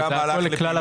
זה הלך לכלל הרשויות.